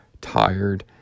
tired